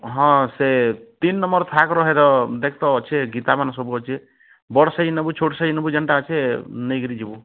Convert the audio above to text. ହଁ ସେ ତିନ ନମ୍ବର ଥାକରେ ସେନ ଦେଖ୍ ତ ଅଛି ଗୀତା ମାନ ସବୁ ଅଛି ବଡ଼ ସାଇଜ୍ ନେବୁ ଛୋଟ ସାଇଜ୍ ନେବୁ ଯେନ୍ତା ଅଛି ନେଇକିରି ଯିବୁ